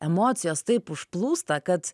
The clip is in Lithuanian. emocijos taip užplūsta kad